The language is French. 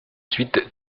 suite